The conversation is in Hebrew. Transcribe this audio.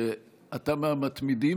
שאתה מהמתמידים,